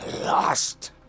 Lost